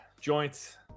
joints